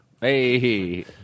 Hey